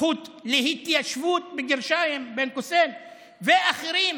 הזכות "להתיישבות", בגרשיים, ואחרים,